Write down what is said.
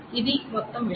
అది మొత్తం విషయం